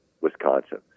Wisconsin